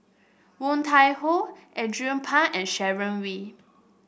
Woon Tai Ho Andrew Phang and Sharon Wee